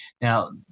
Now